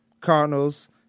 Cardinals